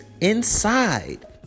inside